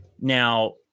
Now